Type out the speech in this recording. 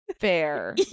fair